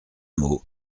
mot